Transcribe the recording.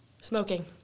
Smoking